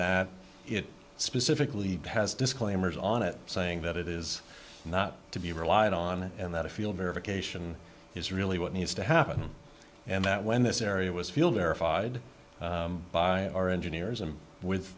that it specifically has disclaimers on it saying that it is not to be relied on and that a field verification is really what needs to happen and that when this area was field verified by our engineers and with